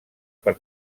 per